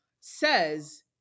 says